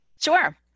Sure